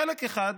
חלק אחד,